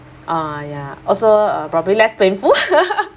uh ya also uh probably less painful